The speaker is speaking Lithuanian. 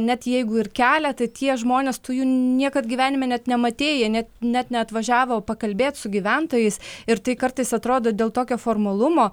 net jeigu ir kelia tai tie žmonės tų jų niekad gyvenime net nematei net net neatvažiavo pakalbėt su gyventojais ir tai kartais atrodo dėl tokio formalumo